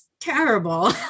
Terrible